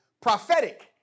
Prophetic